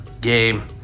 game